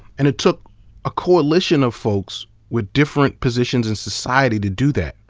and it took a coalition of folks with different positions in society to do that.